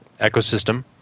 ecosystem